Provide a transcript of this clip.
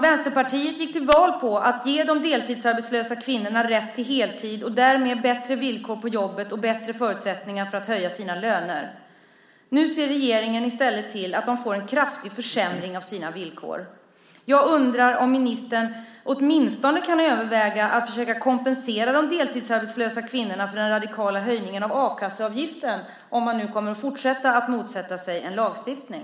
Vänsterpartiet gick till val på att ge de deltidsarbetslösa kvinnorna rätt till heltid och därmed bättre villkor på jobbet och bättre förutsättningar för att höja sina löner. Nu ser regeringen i stället till att de får en kraftig försämring av sina villkor. Jag undrar om ministern åtminstone kan överväga att försöka kompensera de deltidsarbetslösa kvinnorna för den radikala höjningen av a-kasseavgiften om man nu kommer att fortsätta att motsätta sig en lagstiftning.